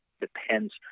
depends